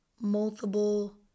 multiple